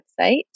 website